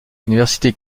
l’université